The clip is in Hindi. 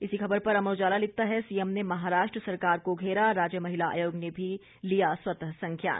इसी खबर पर अमर उजाला लिखता है सीएम ने महाराष्ट्र सरकार को घेरा राज्य महिला आयोग ने भी लिया स्वतः संज्ञान